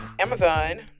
Amazon